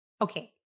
Okay